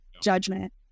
judgment